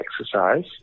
exercise